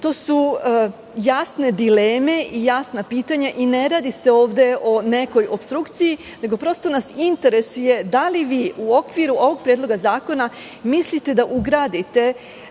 to su jasne dileme i jasna pitanja i ne radi se ovde o nekoj opstrukciji, nego nas prosto interesuje da li vi u okviru ovog Predloga zakona mislite da ugradite